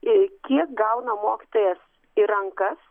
kiek gauna mokytojas į rankas